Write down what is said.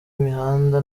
imihanda